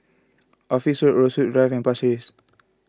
Office Rose Drive and Pasir Ris